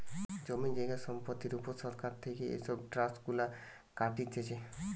জমি জায়গা সম্পত্তির উপর সরকার থেকে এসব ট্যাক্স গুলা কাটতিছে